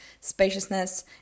spaciousness